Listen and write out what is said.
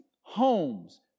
homes